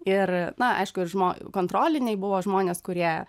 ir na aišku ir žmo kontroliniai buvo žmonės kurie